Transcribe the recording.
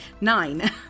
nine